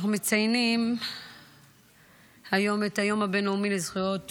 אנחנו מציינים היום את היום הבין-לאומי לזכויות